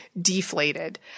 deflated